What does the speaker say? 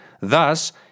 Thus